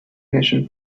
nations